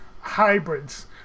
hybrids